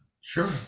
Sure